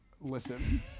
listen